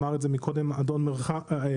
אמר את זה מקודם אדון מרחב,